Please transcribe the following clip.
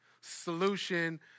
solution